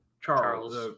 Charles